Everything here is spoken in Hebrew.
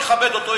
שיכבד אותו,